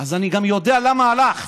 אז אני גם יודע למה הלכת.